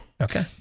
okay